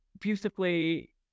beautifully